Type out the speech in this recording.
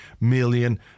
million